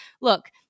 look